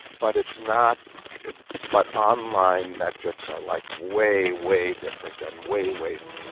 but it's not but online metrics are like way, way different and and way, way